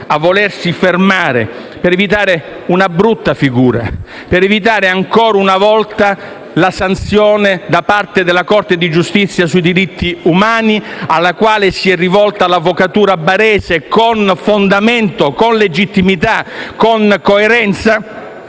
a volersi fermare per evitare una brutta figura, per evitare ancora una volta la sanzione da parte della Corte europea dei diritti dell'uomo, alla quale si è rivolta l'avvocatura barese con fondamento, con legittimità e con coerenza